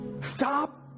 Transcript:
Stop